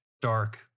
dark